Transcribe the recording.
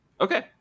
okay